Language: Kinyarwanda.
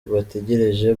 bategereje